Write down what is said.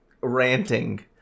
ranting